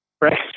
right